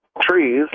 trees